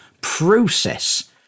process